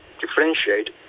differentiate